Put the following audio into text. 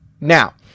Now